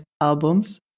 albums